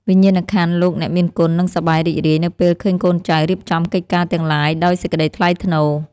វិញ្ញាណក្ខន្ធលោកអ្នកមានគុណនឹងសប្បាយរីករាយនៅពេលឃើញកូនចៅរៀបចំកិច្ចការទាំងឡាយដោយសេចក្តីថ្លៃថ្នូរ។